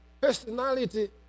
personality